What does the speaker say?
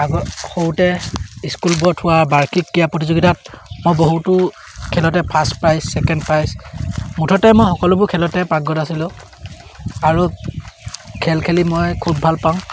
আগত সৰুতে স্কুলবোৰত হোৱা বাৰ্ষীক ক্ৰীড়া প্ৰতিযোগিতাত মই বহুতো খেলতে ফাৰ্ষ্ট প্ৰাইজ ছেকেণ্ড প্ৰাইজ মুঠতে মই সকলোবোৰ খেলতে পাৰ্গত আছিলোঁ আৰু খেল খেলি মই খুব ভাল পাওঁ